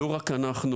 לא רק אנחנו,